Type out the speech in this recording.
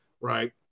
right